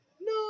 No